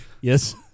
Yes